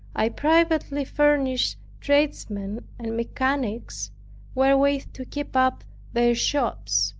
i privately furnished tradesmen and mechanics wherewith to keep up their shops